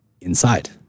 inside